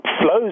flows